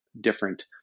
different